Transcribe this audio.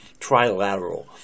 Trilateral